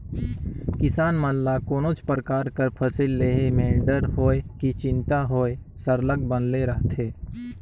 किसान मन ल कोनोच परकार कर फसिल लेहे में डर होए कि चिंता होए सरलग बनले रहथे